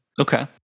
Okay